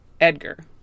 Edgar